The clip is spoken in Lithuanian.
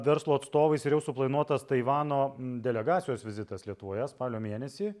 verslo atstovais ir jau suplanuotas taivano delegacijos vizitas lietuvoje spalio mėnesį